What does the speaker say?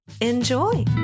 enjoy